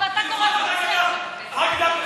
ואתה קורא לו רוצח.